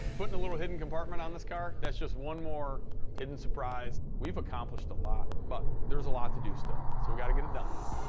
putting a little hidden compartment on this car, that's just one more hidden surprise. we've accomplished a lot, but there's a lot to do still. so we got to get it done.